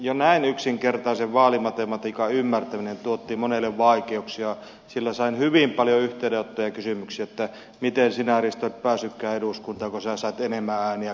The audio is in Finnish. jo näin yksinkertaisen vaalimatematiikan ymmärtäminen tuotti monille vaikeuksia sillä sain hyvin paljon yhteydenottoja ja kysymyksiä miten sinä risto et päässytkään eduskuntaan kun sinä sait enemmän ääniä kuin tuo ja tuo